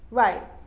right.